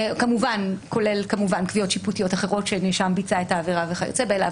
כמובן כולל קביעות שיפוטיות אחרות שהנאשם ביצע את העבירה וכיוצא באלה.